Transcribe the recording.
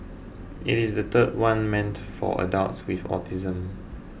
it is the third one meant for adults with autism